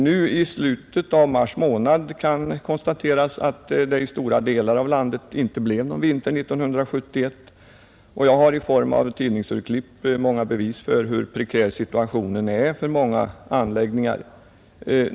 Nu, i slutet av mars månad, kan konstateras att det i stora delar av landet inte blev någon vinter 1971, och jag har i form av tidningsurklipp många bevis för hur prekär situationen är för många anläggningar.